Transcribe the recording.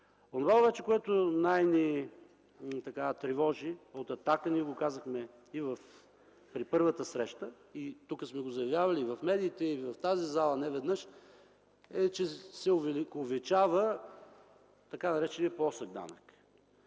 Онова обаче, което най-тревожи „Атака” – ние го казахме при първата среща, тук сме заявявали, в медиите и в тази зала неведнъж, е, че се увековечава така нареченият плосък данък.